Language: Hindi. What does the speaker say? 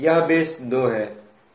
यह बस 2 है